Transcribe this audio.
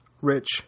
rich